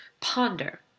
Ponder